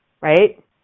right